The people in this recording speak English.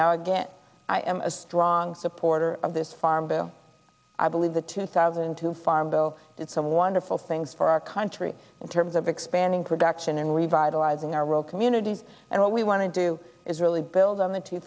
now again i am a strong supporter of this farm bill i believe the two thousand and two farm though it's a wonderful things for our country in terms of expanding production and revitalizing our rural communities and what we want to do is really build on the two